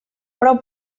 prou